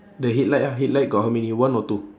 the headlight ah headlight got how many one or two